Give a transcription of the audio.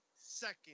second